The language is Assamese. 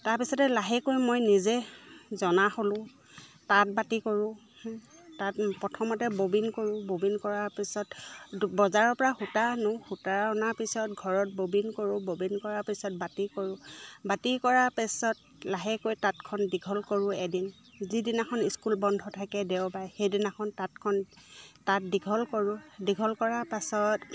তাৰপিছতে লাহেকৈ মই নিজে জনা হ'লোঁ তাঁত বাতি কৰোঁ তাঁত প্ৰথমতে ববিন কৰোঁ ববিন কৰাৰ পিছত বজাৰৰ পৰা সূতা আনো সূতা অনাৰ পিছত ঘৰত ববিন কৰোঁ ববিন কৰাৰ পিছত বাতি কৰোঁ বাতি কৰা পিছত লাহেকৈ তাঁতখন দীঘল কৰোঁ এদিন যিদিনাখন স্কুল বন্ধ থাকে দেওবাৰে সেইদিনাখন তাঁতখন তাঁত দীঘল কৰোঁ দীঘল কৰাৰ পাছত